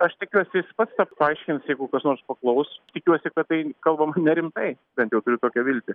aš tikiuosi jis pats kad paaiškins jeigu kas nors paklaus tikiuosi kad tai kalbam nerimtai bent jau turiu tokią viltį